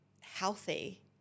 healthy